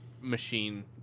machine